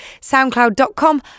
soundcloud.com